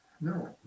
No